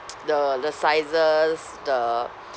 the the sizes the